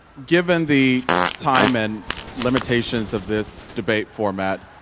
given the time and limitations of this debate format,